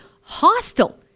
hostile